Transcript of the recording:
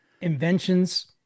inventions